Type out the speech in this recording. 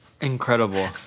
Incredible